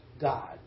God